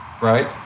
right